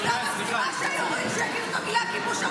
אני לא מסכימה שהוא יגיד את המילים "כיבוש ארור".